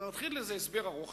ומתחיל איזשהו הסבר ארוך.